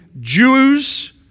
Jews